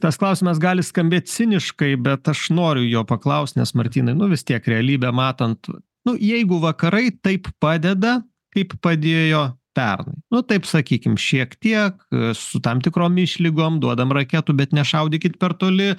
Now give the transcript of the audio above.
tas klausimas gali skambėt ciniškai bet aš noriu jo paklaust nes martynai nu vis tiek realybę matant nu jeigu vakarai taip padeda kaip padėjo pernai nu taip sakykim šiek tiek su tam tikrom išlygom duodam raketų bet nešaudykit per toli